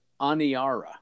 Aniara